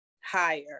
higher